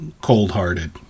cold-hearted